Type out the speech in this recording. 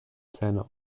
zähne